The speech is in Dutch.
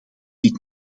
dit